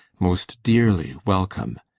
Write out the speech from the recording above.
most dearly welcome!